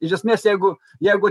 iš esmės jeigu jeigu